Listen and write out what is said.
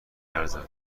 لرزم